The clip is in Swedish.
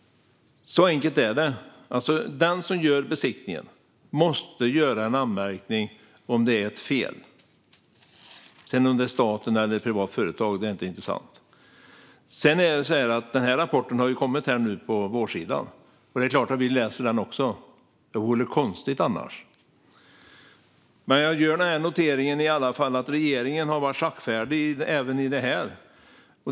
Så enkelt är det. Den som gör besiktningen måste göra en anmärkning om det är ett fel - om det sedan är staten eller ett privat företag är inte intressant. Denna rapport har ju kommit nu på vårsidan, och det är klart att vi också läser den - det vore konstigt annars. Men jag noterar att regeringen har varit saktfärdig även i det här.